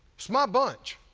it's my bunch.